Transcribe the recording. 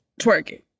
twerking